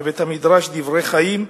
בבית-המדרש "דברי חיים",